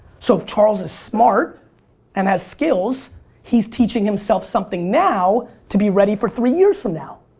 so if charles is smart and has skills he's teaching himself something now to be ready for three years from now.